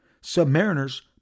Submariner's